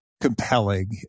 compelling